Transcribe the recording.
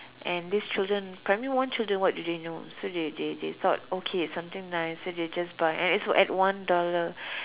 and these children primary one children what do they know so they they they thought okay something nice so they just buy and it's at one dollar